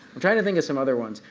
i'm trying to think of some other ones.